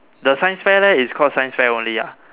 the science fair leh it's called science only ah